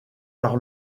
par